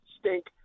stink